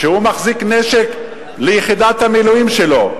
שהוא מחזיק נשק ליחידת המילואים שלו,